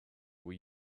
were